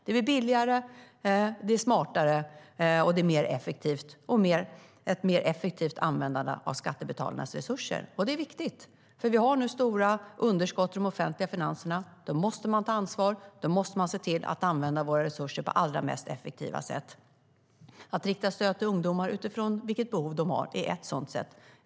Det blir billigare, det är smartare och det är ett mer effektivt användande av skattebetalarnas resurser. Det är viktigt, för vi har nu stora underskott i de offentliga finanserna. Då måste man ta ansvar, då måste man se till att använda våra resurser på allra mest effektiva sätt. Att rikta stöd till ungdomar utifrån vilket behov de har är ett sådant sätt.